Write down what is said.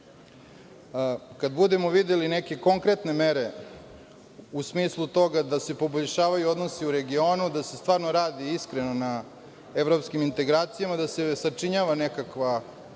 Kada budemo videli neke konkretne mere u smislu toga da se poboljšavaju odnosi u regionu, da se stvarno radi iskreno na evropskim integracijama, da se sačinjava nekakva